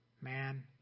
Man